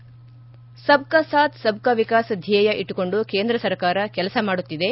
ಸಬ್ ಕಾ ಸಾಥ್ ಸಬ್ ಕಾ ವಿಕಾಸ್ ಧ್ವೇಯ ಇಟ್ಟುಕೊಂಡು ಕೇಂದ್ರ ಸರ್ಕಾರ ಕೆಲಸ ಮಾಡುತ್ತಿದೆ